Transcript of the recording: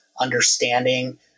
understanding